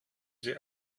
sie